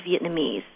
Vietnamese